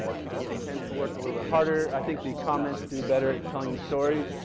ah people tend to work a little bit harder. i think the comments to better telling the story.